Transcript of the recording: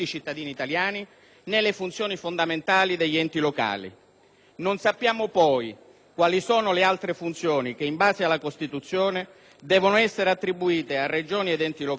Non sappiamo poi quali sono le altre funzioni che, in base alla Costituzione, devono essere attribuite a Regioni ed enti locali, perché non avete voluto scriverle nel provvedimento.